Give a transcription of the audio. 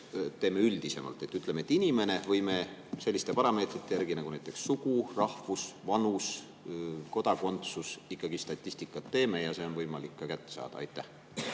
teeme üldisemalt, ütleme "inimene", või me selliste parameetrite järgi nagu sugu, rahvus, vanus ja kodakondsus ikkagi statistikat teeme ja seda on võimalik ka kätte saada? Aitäh,